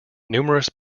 numerous